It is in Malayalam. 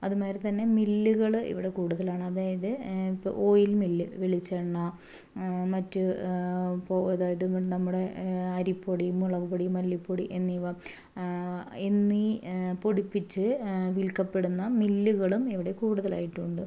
അതുമാതിരി തന്നെ മില്ലുകള് ഇവിടെ കൂടുതലാണ് അതായത് ഇപ്പോൾ ഓയിൽ മില്ല് വെള്ളിച്ചെണ്ണ മറ്റ് പോ അതായത് നമ്മുടെ അരിപൊടി മുളക്പൊടി മല്ലിപ്പൊടി എന്നിവ എന്നീ പൊടിപ്പിച്ച് വിൽക്കപെടുന്ന മില്ലുകളും ഇവിടെ കൂടുതലായിട്ടുണ്ട്